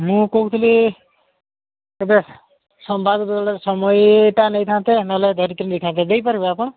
ମୁଁ କହୁଥିଲି ଏବେ ସମ୍ବାଦ ବଦଳରେ ସମୟଟା ନେଇଥାନ୍ତେ ନେଲେ ଧରିତ୍ରୀ ନେଇଥାନ୍ତେ ଦେଇ ପାରିବେ ଆପଣ